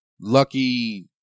lucky